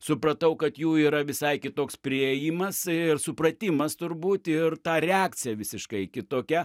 supratau kad jų yra visai kitoks priėjimas ir supratimas turbūt ir ta reakcija visiškai kitokia